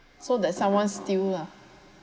so that someone steal lah